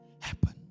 happen